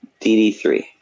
DD3